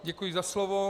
Děkuji za slovo.